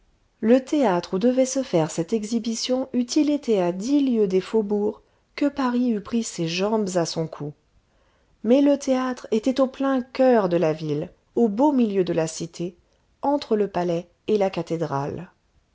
le théâtre où devait se faire cette exhibition eût-il été à dix lieues des faubourgs que paris eût pris ses jambes à son cou mais le théâtre était au plein coeur de la ville au beau milieu de la cité entre le palais et la cathédrale